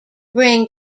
bring